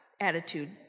attitude